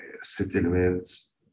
settlements